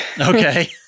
Okay